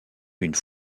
une